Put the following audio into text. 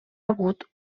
hagut